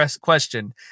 question